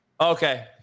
Okay